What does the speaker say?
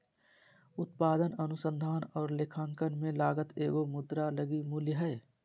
उत्पादन अनुसंधान और लेखांकन में लागत एगो मुद्रा लगी मूल्य हइ